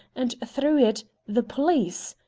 and, through it, the police?